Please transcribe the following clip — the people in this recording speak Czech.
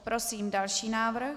Prosím další návrh.